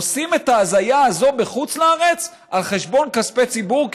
עושים את ההזיה הזו בחוץ-לארץ על חשבון כספי ציבור,